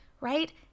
right